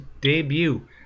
debut